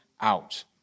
out